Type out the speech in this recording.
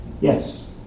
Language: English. Yes